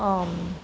आम्